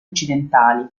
occidentali